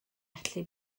allu